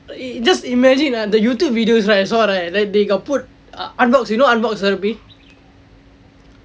just imagine ah the youtube videos right I saw right they got put artbox you know artbox therapy